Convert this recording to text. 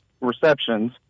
receptions